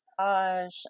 massage